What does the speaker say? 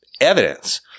evidence